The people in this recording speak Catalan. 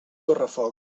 correfoc